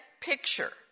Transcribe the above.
picture